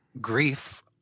grief